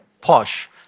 posh